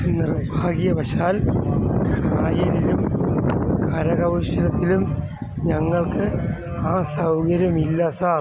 നിർഭാഗ്യവശാൽ കലയിലും കരകൗശലത്തിലും ഞങ്ങൾക്ക് ആ സൗകര്യമില്ല സാർ